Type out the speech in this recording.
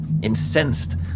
Incensed